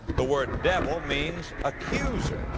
the word devil means accuser.